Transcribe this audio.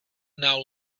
now